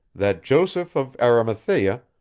that joseph of arimathea,